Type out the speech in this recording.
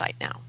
now